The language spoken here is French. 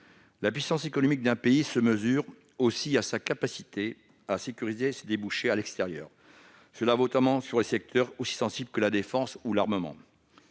la puissance économique d'un pays se mesure aussi à sa capacité à sécuriser ses débouchés à l'extérieur, notamment dans des secteurs aussi sensibles que la défense ou l'armement.